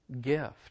gift